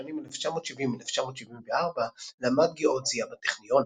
בשנים 1970–1974 למד גאודזיה בטכניון.